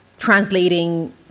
Translating